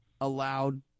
allowed